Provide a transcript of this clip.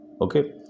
okay